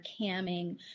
camming